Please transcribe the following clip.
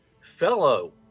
fellow